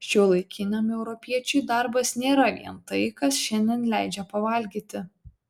šiuolaikiniam europiečiui darbas nėra vien tai kas šiandien leidžia pavalgyti